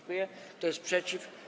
Kto jest przeciw?